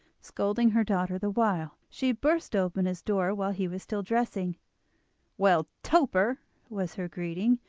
scolding her daughter the while. she burst open his door while he was still dressing well, toper was her greeting,